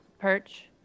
perch